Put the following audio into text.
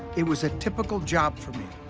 it was a typical job for me.